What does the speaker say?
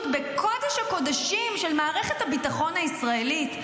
בקודש הקודשים של מערכת הביטחון הישראלית,